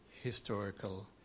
Historical